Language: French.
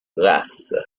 grasse